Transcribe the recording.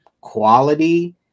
quality